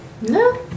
No